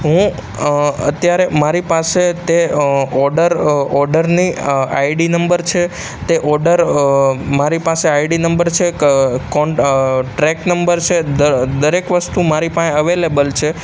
હું અત્યારે મારી પાસે તે ઓડર ઓર્ડરની આઈડી નંબર છે તે ઓડર મારી પાસે આઈડી નંબર છે ટ્રેક નંબર છે દરેક વસ્તુ મારી પાસે અવેલેબલ છે